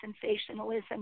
sensationalism